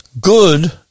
good